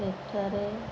ସେଠାରେ